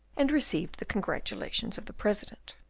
and received the congratulations of the president.